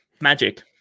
magic